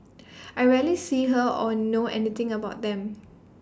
I rarely see her or know anything about them